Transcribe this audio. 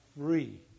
free